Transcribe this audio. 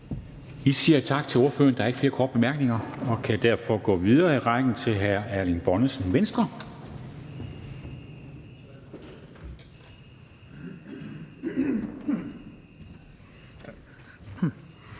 Vi siger tak til ordføreren. Der er ikke flere korte bemærkninger, og vi kan derfor gå videre i rækken til hr. Erling Bonnesen, Venstre.